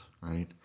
right